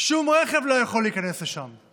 אלא שום רכב לא יכול להיכנס לשם.